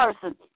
person